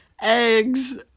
eggs